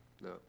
no